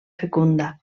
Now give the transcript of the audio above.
fecunda